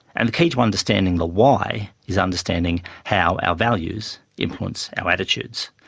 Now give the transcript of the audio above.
and the key to understanding the why is understanding how our values influence our attitudes.